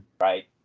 right